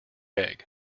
egg